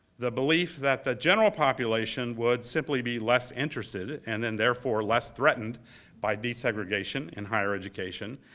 the belief that the general population would simply be less interested and then, therefore, less threatened by desegregation and higher education.